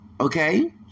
Okay